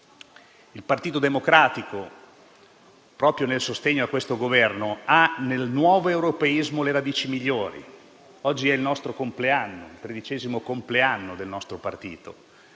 il Partito Democratico, proprio nel sostegno a questo Governo, ha nel nuovo europeismo le radici migliori. Oggi è il nostro compleanno, il tredicesimo compleanno del nostro partito.